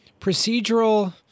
procedural